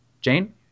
Jane